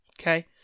Okay